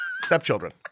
Stepchildren